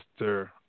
Mr